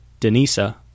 Denisa